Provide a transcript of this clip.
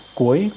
cuối